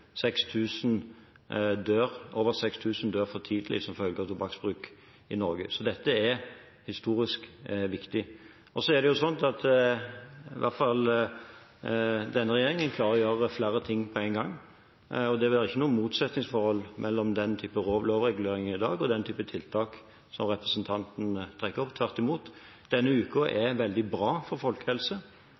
Over 6 000 dør for tidlig som følge av tobakksbruk i Norge. Så dette er historisk viktig. I hvert fall denne regjeringen klarer å gjøre flere ting på en gang. Det er ikke noe motsetningsforhold mellom den typen lovregulering vi gjør i dag, og den typen tiltak som representanten trekker opp – tvert imot. Denne uken er veldig bra for